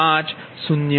5 0